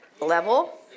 level